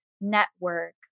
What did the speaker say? network